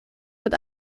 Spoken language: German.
mit